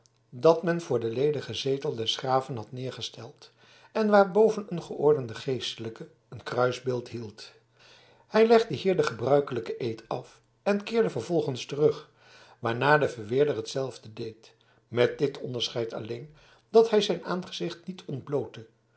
dat men voor den ledigen zetel des graven had nedergesteld en waarboven een geordende geestelijke een kruisbeeld hield hij legde hier den gebruikelijken eed af en keerde vervolgens terug waarna de verweerder hetzelfde deed met dit onderscheid alleen dat hij zijn aangezicht niet ontblootte